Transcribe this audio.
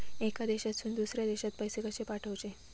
एका देशातून दुसऱ्या देशात पैसे कशे पाठवचे?